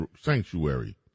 sanctuary